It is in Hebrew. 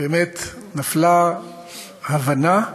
באמת נפלה הבנה,